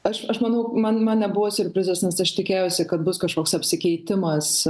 aš aš manau man man nebuvo siurprizas nes aš tikėjausi kad bus kažkoks apsikeitimas